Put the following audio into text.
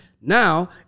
now